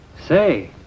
Say